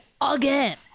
again